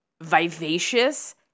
vivacious